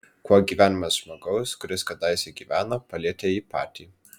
kuo gyvenimas žmogaus kuris kadaise gyveno palietė jį patį